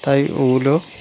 তাই ওগুলো